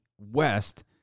West